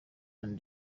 and